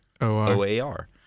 O-A-R